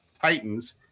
Titans